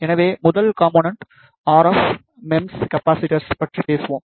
எனவே முதல் component RF MEMS capacitors பற்றி பார்ப்போம்